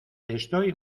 estoy